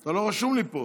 אתה לא רשום לי פה.